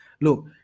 Look